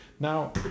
Now